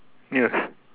yes